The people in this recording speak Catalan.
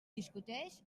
discuteix